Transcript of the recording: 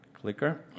clicker